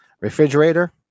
refrigerator